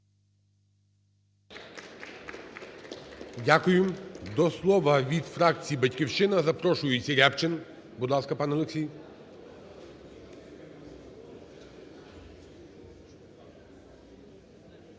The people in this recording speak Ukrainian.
Дякую. До слова від фракції "Батьківщина" запрошується Рябчин. Будь ласка, пане Олексій.